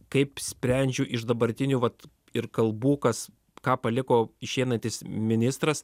kaip sprendžiu iš dabartinių vat ir kalbų kas ką paliko išeinantis ministras